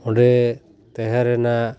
ᱚᱸᱰᱮ ᱛᱟᱦᱮᱸ ᱨᱮᱱᱟᱜ